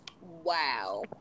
Wow